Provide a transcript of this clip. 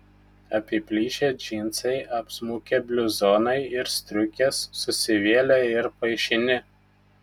apiplyšę džinsai apsmukę bliuzonai ir striukės susivėlę ir paišini